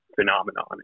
phenomenon